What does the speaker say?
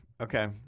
Okay